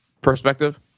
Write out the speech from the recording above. perspective